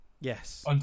Yes